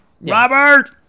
Robert